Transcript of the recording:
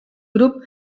grup